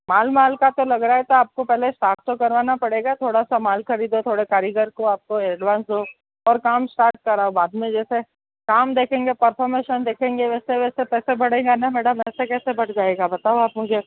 माल माल का तो लग रहा है तो आपको पहले स्टार्ट तो करवाना पड़ेगा थोड़ा सा माल खरीदो थोड़ा कारीगर को आपको एडवांस दो और काम स्टार्ट कराओ बाद में जैसे काम देखेंगे पर्फोमेशन देखेंगे वैसे वैसे पैसे बढ़ेगा न मैडम ऐसे कैसे बढ़ जाएगा बताओ आप मुझे